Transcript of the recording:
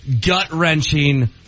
gut-wrenching